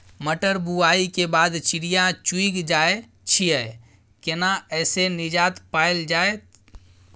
मटर बुआई के बाद चिड़िया चुइग जाय छियै केना ऐसे निजात पायल जाय?